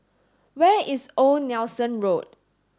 where is Old Nelson Road